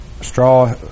straw